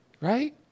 right